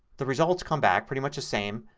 the results come back pretty much the same.